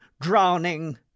drowning